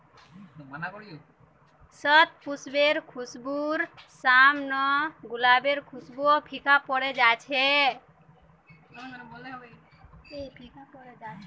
शतपुष्पेर खुशबूर साम न गुलाबेर खुशबूओ फीका पोरे जा छ